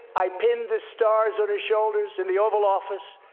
i pinned the stars on his shoulders in the oval office.